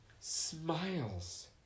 smiles